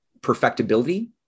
perfectibility